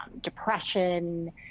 depression